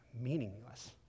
meaningless